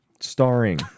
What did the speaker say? Starring